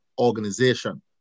organization